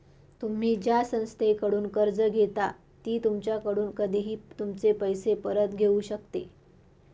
तुम्ही ज्या संस्थेकडून कर्ज घेता ती तुमच्याकडून कधीही तुमचे पैसे परत घेऊ शकते